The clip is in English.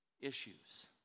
issues